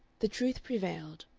the truth prevailed.